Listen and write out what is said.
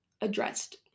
addressed